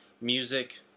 music